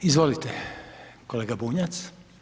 Izvolite kolega Bunjac.